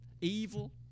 evil